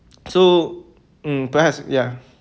so mm perhaps ya